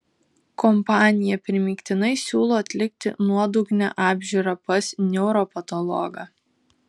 kompanija primygtinai siūlo atlikti nuodugnią apžiūrą pas neuropatologą